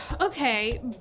Okay